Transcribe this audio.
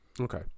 Okay